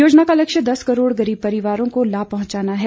योजना का लक्ष्य दस करोड़ गरीब परिवारों को लाभ पहुंचाना है